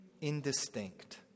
indistinct